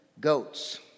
goats